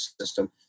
system